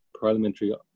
Parliamentary